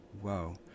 whoa